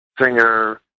singer